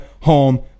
Home